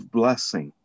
blessing